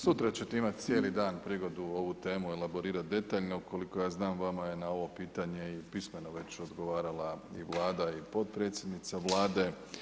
Sutra ćete imati cijeli dan prigodu ovu temu elaborirati detaljno, ukoliko ja znam vama je na ovo pitanje i u pismenom već odgovarala i Vlada i potpredsjednica Vlade.